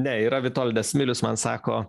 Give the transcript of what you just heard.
ne yra vitoldas milius man sako